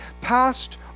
passed